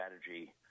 strategy